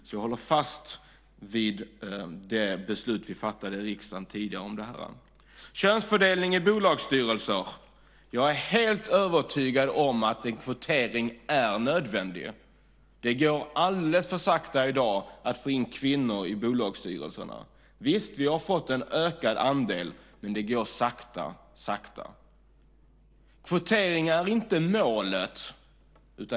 Så jag håller fast vid det beslut vi fattade i riksdagen tidigare om det här. När det gäller könsfördelning i bolagsstyrelser är jag helt övertygad om att en kvotering är nödvändig. Det går alldeles för sakta i dag att få in kvinnor i bolagsstyrelserna. Visst har vi fått en ökad andel, men det går sakta, sakta. Kvotering är inte målet.